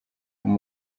uwo